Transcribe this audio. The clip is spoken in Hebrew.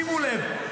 שימו לב,